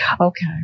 okay